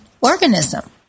organism